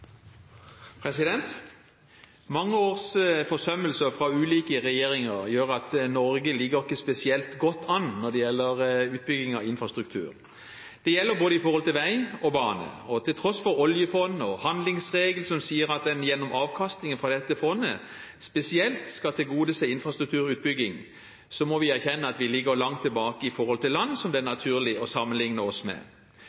jobben. Mange års forsømmelser fra ulike regjeringer gjør at Norge ikke ligger spesielt godt an når det gjelder utbygging av infrastruktur. Det gjelder på både vei og bane, og til tross for oljefondet og handlingsregelen, som sier at en gjennom avkastningen fra dette fondet spesielt skal tilgodese infrastrukturutbygging, må vi erkjenne at vi ligger langt tilbake sammenliknet med land det er